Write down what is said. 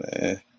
man